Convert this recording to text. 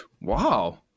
Wow